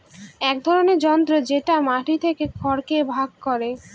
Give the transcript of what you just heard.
এক ধরনের যন্ত্র যেটা মাটি থেকে খড়কে ভাগ করে